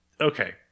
okay